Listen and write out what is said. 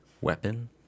weapon